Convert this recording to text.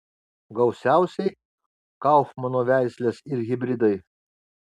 gausiausiai kaufmano veislės ir hibridai